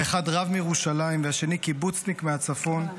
האחד רב מירושלים והשני קיבוצניק מהצפון,